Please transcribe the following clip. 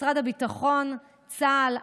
משרד הביטחון וצה"ל,